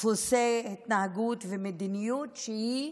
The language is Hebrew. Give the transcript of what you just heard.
דפוסי התנהגות ומדיניות שהם